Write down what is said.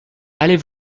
allez